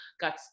got